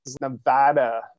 Nevada